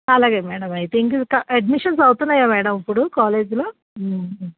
అలాగే మ్యాడమ్ అయితే ఇంకా కా అడ్మిషన్స్ అవుతున్నాయా మ్యాడమ్ ఇప్పుడు కాలేజ్లో